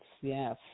yes